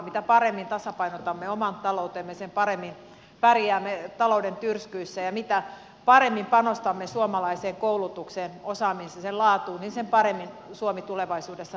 mitä paremmin tasapainotamme oman taloutemme sen paremmin pärjäämme talouden tyrskyissä ja mitä paremmin panostamme suomalaiseen koulutukseen osaamisen laatuun sen paremmin suomi tulevaisuudessa pärjää